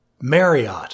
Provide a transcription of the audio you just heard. Marriott